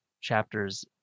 chapters